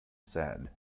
said